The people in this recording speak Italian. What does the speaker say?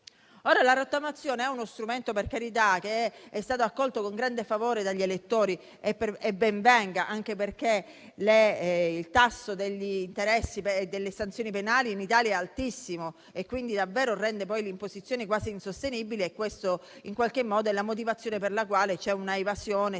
La rottamazione è uno strumento che è stato accolto con grande favore dagli elettori e ben venga, anche perché il tasso degli interessi e delle sanzioni economiche in Italia è altissimo e davvero rende l'imposizione quasi insostenibile; questa è la motivazione per la quale c'è una evasione storica